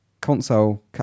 console